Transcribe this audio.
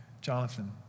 Jonathan